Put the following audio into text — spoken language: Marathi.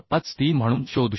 53 म्हणून शोधू शकतो